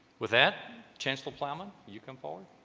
with that chancellor plowman you can follow